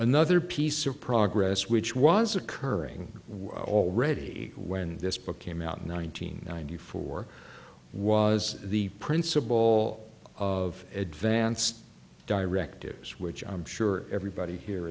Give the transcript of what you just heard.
another piece of progress which was occurring already when this book came out in one nine hundred ninety four was the principle of advanced directives which i'm sure everybody here